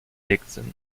dickson